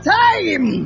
time